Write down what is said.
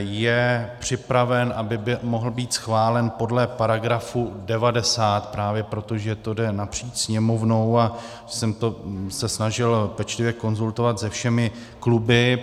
Je připraven, aby mohl být schválen podle § 90 právě proto, že to jde napříč Sněmovnou, a já jsem se to snažil pečlivě konzultovat se všemi kluby.